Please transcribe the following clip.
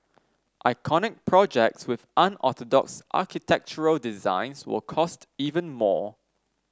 iconic projects with unorthodox architectural designs will cost even more